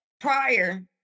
prior